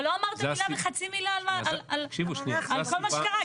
אבל לא אמרת מילה וחצי מילה על כל מה שקרה,